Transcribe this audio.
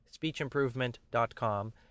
speechimprovement.com